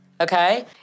okay